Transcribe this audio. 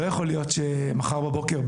לא יכול להיות שמחר בבוקר,